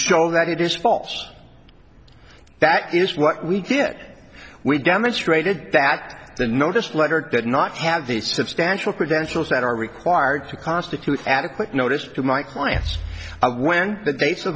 show that it is false that is what we did we demonstrated that the notice letter did not have the substantial credentials that are required to constitute adequate notice to my clients when the